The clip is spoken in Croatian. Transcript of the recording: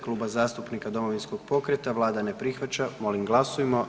Kluba zastupnika Domovinskog pokreta, Vlada ne prihvaća, molim glasujmo.